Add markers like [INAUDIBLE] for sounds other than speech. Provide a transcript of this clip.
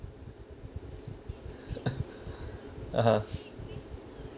[COUGHS] (uh huh)